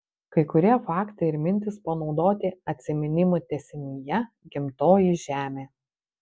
kai kurie faktai ir mintys panaudoti atsiminimų tęsinyje gimtoji žemė